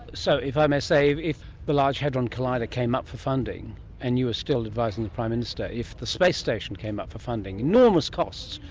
so, if i may say, if the large hadron collider came up for funding and you were still advising the prime minister, if the space station came up for funding, enormous costs,